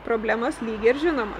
problemas ir žinoma